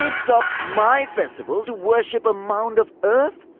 stopped my festival to worship a mound of earth?